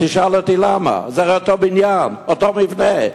תשאל אותי למה, זה אותו בניין, אותו מבנה.